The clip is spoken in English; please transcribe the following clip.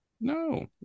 No